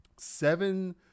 seven